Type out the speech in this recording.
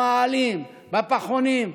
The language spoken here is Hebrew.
במאהלים, בפחונים.